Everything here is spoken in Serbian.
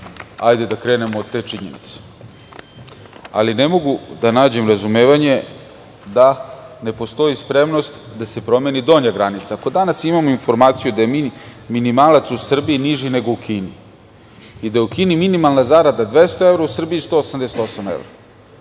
Hajde da krenemo od te činjenice, ali ne mogu da nađem razumevanje da ne postoji spremnost da se promeni donja granica. Ako danas imamo informaciju da je minimalac u Srbiji niži nego u Kini i da je u Kini minimalna zarada 200 evra, a u Srbiji 188 evra